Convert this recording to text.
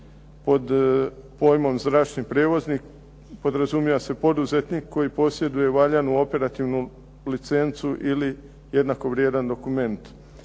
pod pojmom "zračni prijevoznik" podrazumijeva se poduzetnik koji posjeduje valjanu operativnu licencu ili jednako vrijedan dokument,